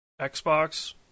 Xbox